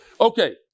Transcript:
Okay